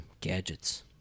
gadgets